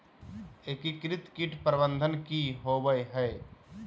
एकीकृत कीट प्रबंधन की होवय हैय?